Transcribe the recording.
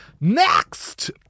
Next